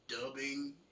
dubbing